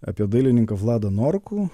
apie dailininką vladą norkų